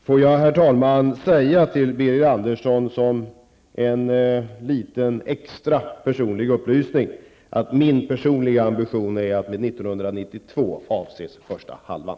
Herr talman! Får jag, som en liten extra personlig upplysning, säga till Birger Andersson att min personliga ambition är att med 1992, avses första halvan.